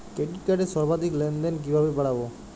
Credit কার্ডের সর্বাধিক লেনদেন কিভাবে বাড়াবো?